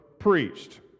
Preached